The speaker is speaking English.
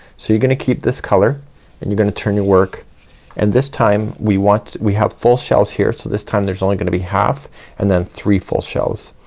so you're gonna keep this color and you're gonna turn your work and this time we want, we have full shells here. so this time there's only gonna be half and then three full shells.